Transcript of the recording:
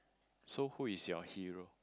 so who is your hero